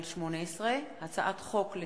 פ/2718/18 וכלה בהצעת חוק פ/2736/18,